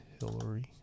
Hillary